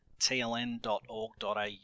tln.org.au